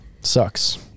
sucks